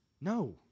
No